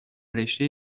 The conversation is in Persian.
رشته